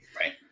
Right